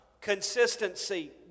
Consistency